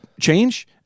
change